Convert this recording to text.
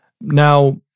Now